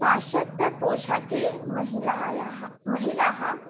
पाश्चात्य पोषाखे महिलायाः महिलाः